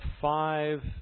five